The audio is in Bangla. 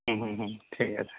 হুম হুম হুম ঠিক আছে